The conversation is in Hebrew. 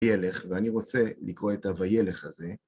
וילך, ואני רוצה לקרוא את הוילך הזה.